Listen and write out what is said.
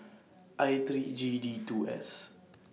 I three G D two S